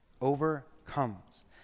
Overcomes